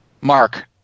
Mark